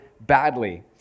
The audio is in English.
badly